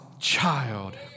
child